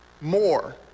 more